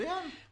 מצוין.